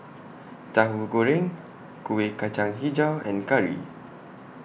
Tahu Goreng Kuih Kacang Hijau and Curry